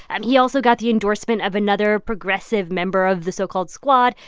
and he also got the endorsement of another progressive member of the so-called squad,